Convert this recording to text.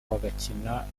bagakina